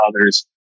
others